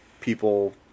people